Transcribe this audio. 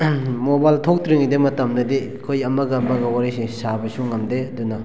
mobile ꯊꯣꯛꯇ꯭ꯔꯤꯉꯩꯗ ꯃꯇꯝꯗꯗꯤ ꯑꯩꯈꯣꯏ ꯑꯃꯒ ꯑꯃꯒ ꯋꯥꯔꯤꯁꯦ ꯁꯥꯕꯁꯨ ꯉꯝꯗꯦ ꯑꯗꯨꯅ